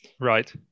Right